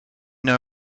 know